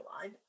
line